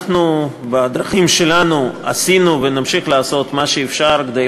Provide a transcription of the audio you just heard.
אנחנו בדרכים שלנו עשינו ונמשיך לעשות מה שאפשר כדי